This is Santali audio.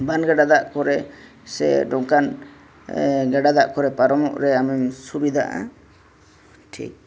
ᱵᱟᱱ ᱜᱟᱲᱟ ᱫᱟᱜ ᱠᱚᱨᱮ ᱥᱮ ᱱᱚᱝᱠᱟᱱ ᱜᱟᱰᱟ ᱫᱟᱜ ᱠᱚᱨᱮ ᱯᱟᱨᱚᱢᱚᱜ ᱨᱮ ᱟᱢᱮᱢ ᱥᱩᱵᱤᱫᱟᱜᱼᱟ ᱴᱷᱤᱠ